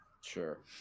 Sure